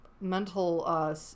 mental